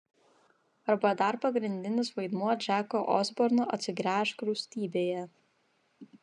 arba dar pagrindinis vaidmuo džeko osborno atsigręžk rūstybėje